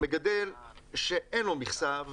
מגדל שאין לו מכסה,